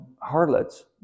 harlots